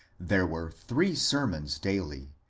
there were three sermons daily,